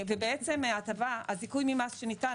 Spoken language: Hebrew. ובעצם הזיכוי ממס שניתן,